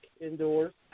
indoors